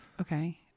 Okay